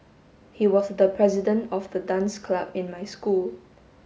he was the president of the dance club in my school